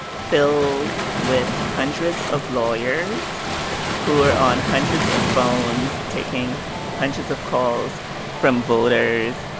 filled with hundreds of lawyers who are on hundreds of phones taking hundreds of calls from voters.